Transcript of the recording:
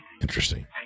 Interesting